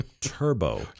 Turbo